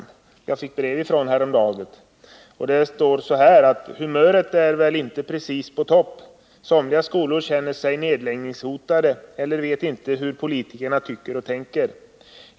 Han skrev till mig häromdagen: ”Humöret är välinte precis på toppen. Somliga skolor känner sig nedläggningshotade eller vet inte hur politikerna tycker och tänker.